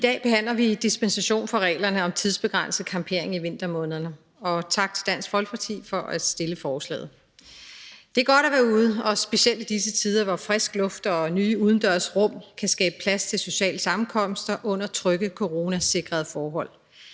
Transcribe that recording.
om dispensation fra reglerne om tidsbegrænset campering i vintermånederne. Og tak til Dansk Folkeparti for at fremsætte forslaget. Det er godt at være ude, og specielt i disse tider, hvor frisk luft og nye udendørs rum kan skabe plads til sociale sammenkomster under trygge, coronasikrede forhold.